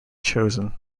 chosen